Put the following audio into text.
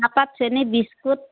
চাহপাত চেনি বিস্কুট